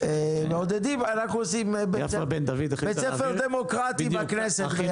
אנחנו עושים בית ספר דמוקרטי בכנסת.